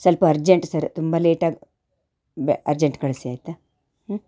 ಸ್ವಲ್ಪ urgent sir ತುಂಬ late ಆಗಿ ಬ್ಯ ಅರ್ಜೆಂಟ್ ಕಳಿಸಿ ಆಯಿತಾ ಹೂಂ